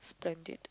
splendid